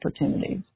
opportunities